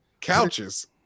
couches